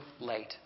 late